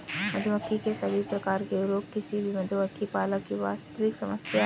मधुमक्खी के सभी प्रकार के रोग किसी भी मधुमक्खी पालक की वास्तविक समस्या है